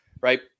right